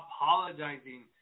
Apologizing